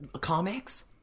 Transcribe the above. comics